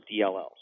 DLLs